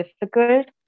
difficult